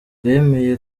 bemeye